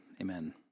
Amen